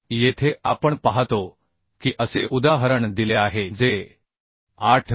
येथे आपण पाहतो की असे उदाहरण दिले आहे जे 8 मि